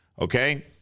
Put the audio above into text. okay